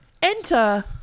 Enter